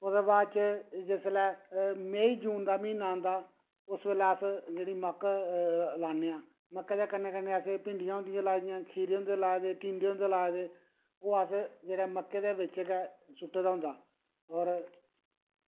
ओह्दे बाद च जिसलै मई जून दा म्हीना औंदा उसलै अस जेह्ड़ी मक्क राह्ने आं कदें कन्नै कन्नै असें भिंडियां होंदियां लाई दियां खीरें होंदे लाए दे टिंड्डे होंदे लाए दे ओह् अस जेह्ड़े मक्कें दे बिच गै सुट्टे दा होंदा होर